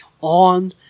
on